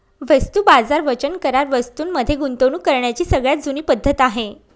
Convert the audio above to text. वस्तू बाजार वचन करार वस्तूं मध्ये गुंतवणूक करण्याची सगळ्यात जुनी पद्धत आहे